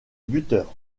buteur